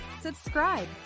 subscribe